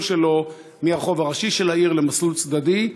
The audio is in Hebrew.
שלו מהרחוב הראשי של העיר למסלול צדדי,